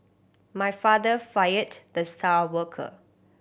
my father fired the star worker